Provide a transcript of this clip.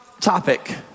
topic